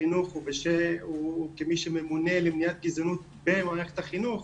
החינוך וכמי שממונה למניעת גזענות במערכת החינוך.